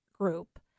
group